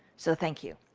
so, thank you.